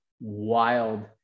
wild